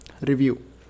review